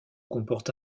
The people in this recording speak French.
comporte